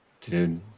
dude